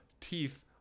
teeth